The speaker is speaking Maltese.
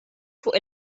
fuq